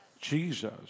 Jesus